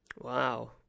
Wow